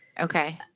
Okay